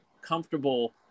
comfortable